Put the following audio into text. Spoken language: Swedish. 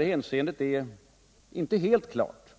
hänseendet är inte helt klart.